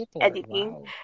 editing